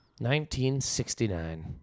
1969